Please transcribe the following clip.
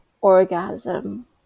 orgasm